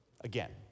again